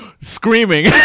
screaming